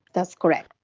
that's correct.